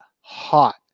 hot